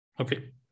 Okay